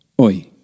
oi